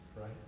right